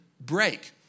break